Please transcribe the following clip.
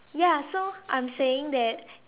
ya so I'm saying that